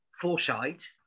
foresight